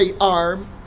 arm